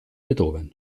beethoven